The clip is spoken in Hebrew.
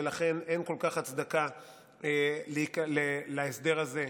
ולכן אין כל כך הצדקה להסדר הזה.